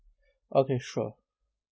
okay sure